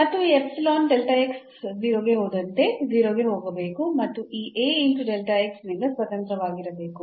ಮತ್ತು ಈ ಎಪ್ಸಿಲಾನ್ 0 ಗೆ ಹೋದಂತೆ 0 ಗೆ ಹೋಗಬೇಕು ಮತ್ತು ಈ A ನಿಂದ ಸ್ವತಂತ್ರವಾಗಿರಬೇಕು